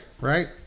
right